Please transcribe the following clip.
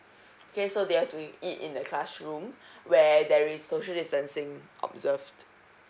okay so they have to eat in the classroom where there is social distancing observed